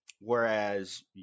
Whereas